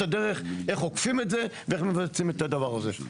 הדרך איך אוכפים את זה ואיך מבצעים את הדבר הזה.